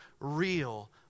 real